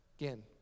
Again